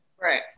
Right